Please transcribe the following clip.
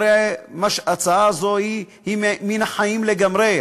ההצעה הזאת היא מן החיים, לגמרי.